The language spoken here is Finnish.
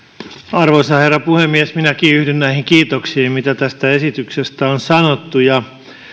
arvoisa herra puhemies minäkin yhdyn näihin kiitoksiin mitä tästä esityksestä on sanottu